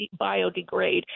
biodegrade